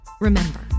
remember